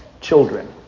children